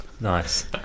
Nice